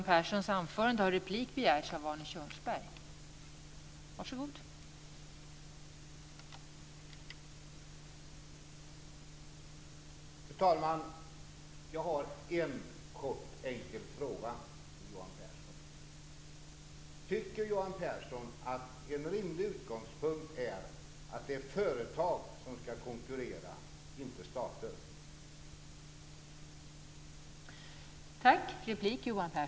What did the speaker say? Fru talman! Jag har en kort enkel fråga till Johan Pehrson. Tycker Johan Pehrson att en rimlig utgångspunkt är att det är företag som ska konkurrera och inte stater?